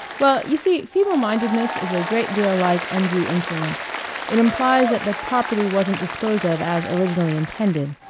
well, you see, feeble-mindedness is a great deal like undue influence it implies that the property wasn't disposed of as originally intended.